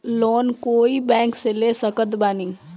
Loan कोई bank से ले सकत बानी?